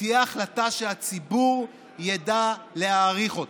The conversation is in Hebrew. תהיה החלטה שהציבור ידע להעריך אותה.